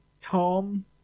Tom